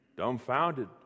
dumbfounded